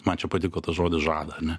man čia patiko tas žodis žada ane